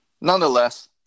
nonetheless